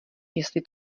jestli